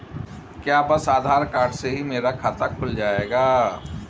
क्या बस आधार कार्ड से ही मेरा खाता खुल जाएगा?